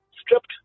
stripped